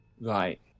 Right